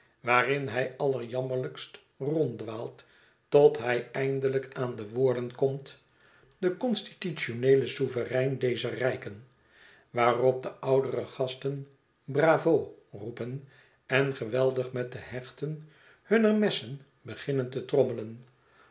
waarin hij allerjammerlijkst ronddwaalt tot hij eindelijk aan de woordenkomt de constitutioneele souverein dezer rijken i waarop de oudere gasten bravo roepen en geweldig met de hechten hunner messen beginnen te trommelen